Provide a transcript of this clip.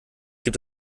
gibt